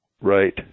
right